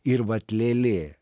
ir vat lėlė